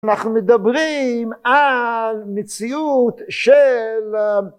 אנחנו מדברים על מציאות של